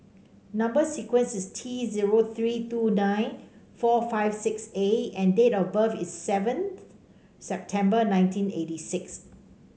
number sequence is T zero three two nine four five six A and date of birth is seventh September nineteen eighty six